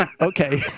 Okay